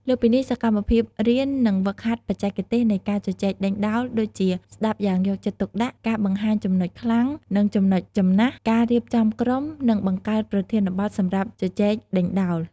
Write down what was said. លើសពីនេះ សកម្មភាពរៀននិងហ្វឹកហាត់បច្ចេកទេសនៃការជជែកដេញដោល ដូចជាស្តាប់យ៉ាងយកចិត្តទុកដាក់ ការបង្ហាញចំណុចខ្លាំង និងចំណុចចំណាស់ ការរៀបចំក្រុម និងបង្កើតប្រធានបទសម្រាប់ជជែកដេញដោល។